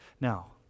Now